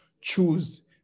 choose